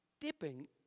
dipping